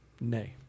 Nay